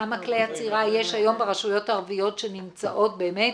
כמה כלי עצירה יש היום ברשויות הערביות שנמצאות באמת